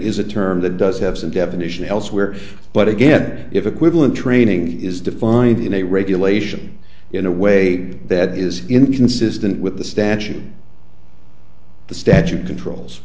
is a term that does have some definition elsewhere but again if equivalent training is defined in a regulation in a way that is inconsistent with the statute the statute controls